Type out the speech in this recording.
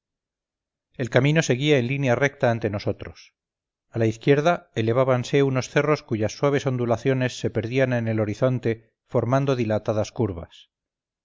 el camino seguía en línea recta ante nosotros a la izquierda elevábanse unos cerros cuyas suaves ondulaciones se perdían en el horizonte formando dilatadas curvas